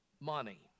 money